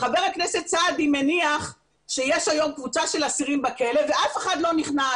חבר הכנסת סעדי מניח שיש היום קבוצה של אסירים בכלא ואף אחד לא נכנס,